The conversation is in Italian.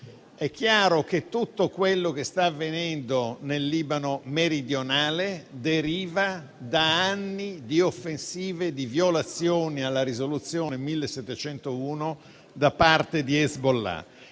È chiaro che tutto quello che sta avvenendo nel Libano meridionale deriva da anni di offensive e di violazioni alla risoluzione n. 1701 del 2006 da parte di Hezbollah;